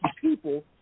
people